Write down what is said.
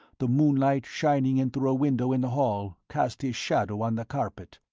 the moonlight shining in through a window in the hall cast his shadow on the carpet.